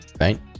right